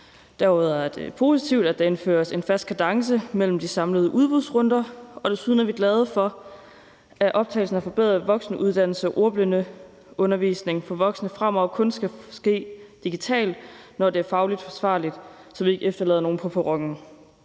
Derudover er det positivt, at der indføres en fast kadence mellem de samlede udbudsrunder, og desuden er vi glade for, at optagelse til forberedende voksenuddannelse og ordblindeundervisning for voksne fremover kun skal kunne ske digitalt, når det er fagligt forsvarligt, så vi ikke efterlader nogen på perronen.